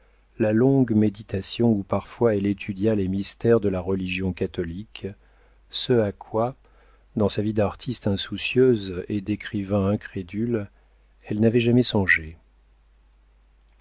la longue méditation où parfois elle étudia les mystères de la religion catholique ce à quoi dans sa vie d'artiste insoucieuse et d'écrivain incrédule elle n'avait jamais songé